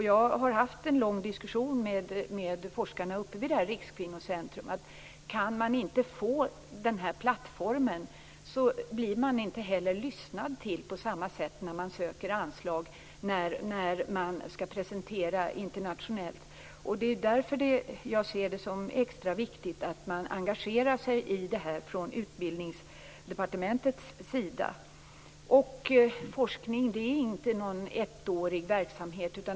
Jag har haft en lång diskussion med forskarna vid Rikskvinnocentrum, och de anser att om man inte kan få den plattformen är det svårt att få någon att lyssna när man söker anslag för internationella presentationer. Det är därför jag ser det som extra viktigt att engagera sig på Utbildningsdepartementet. Forskning är inte en ettårig verksamhet.